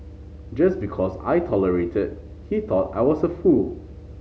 just because I tolerated he thought I was a fool